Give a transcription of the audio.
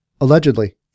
Allegedly